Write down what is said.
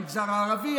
המגזר הערבי,